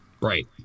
Right